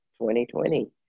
2020